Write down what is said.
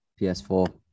ps4